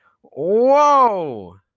whoa